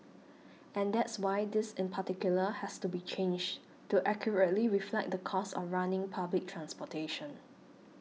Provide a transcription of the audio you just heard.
and that's why this in particular has to be changed to accurately reflect the cost of running public transportation